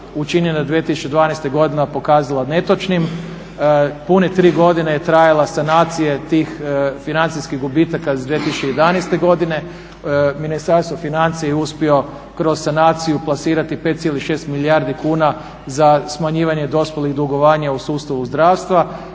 učinjena 2012. godine pokazala netočnim. Pune tri godine je trajala sanacija tih financijskih gubitaka iz 2011. godine. Ministarstvo financija je uspjelo kroz sanaciju plasirati 5,6 milijardi kuna za smanjivanje dospjelih dugovanja u sustavu zdravstva.